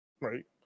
right